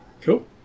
Cool